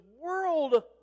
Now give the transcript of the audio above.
world